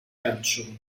arancioni